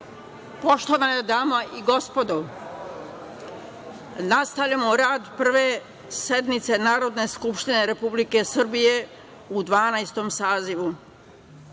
Poštovane dame i gospodo, nastavljamo rad Prve sednice Narodne skupštine Republike Srbije u Dvanaestom